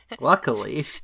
Luckily